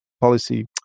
policy